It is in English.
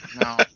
No